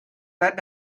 lead